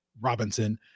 Robinson